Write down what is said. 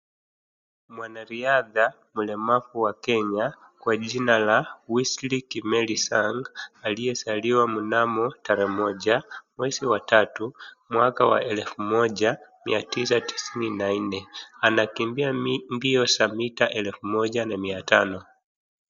Mwanariadha mlemavu wa Kenya, kwa jina la Wesley Kimeli Sang aliyezaliwa mnamo tarehe moja, mwezi wa tatu, mwaka wa elfu moja mia tisa tisini na nne. Anakimbia mbio za mita elfu moja na mia tano.